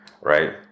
right